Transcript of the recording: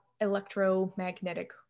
electromagnetic